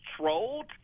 trolled